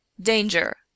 danger